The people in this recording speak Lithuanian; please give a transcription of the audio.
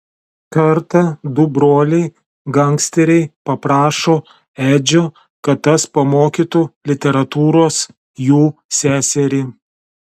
kartą du broliai gangsteriai paprašo edžio kad tas pamokytų literatūros jų seserį